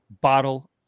bottle